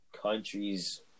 countries